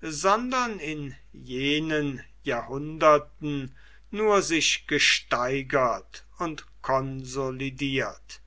sondern in jenen jahrhunderten nur sich gesteigert und konsolidiert